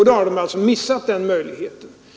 Då har de alltså missat den möjligheten.